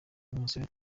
umusore